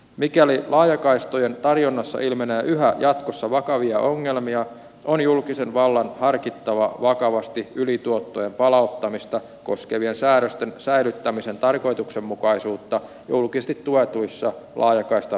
mikäli laajakaistojen tarjonnassa ilmenee yhä jatkossa vakavia ongelmia on julkisen vallan vakavasti harkittava ylituottojen palauttamista koskevien säädösten säilyttämisen tarkoituksenmukaisuutta julkisesti tuetuissa laajakaistan rakentamishankkeissa